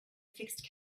fixed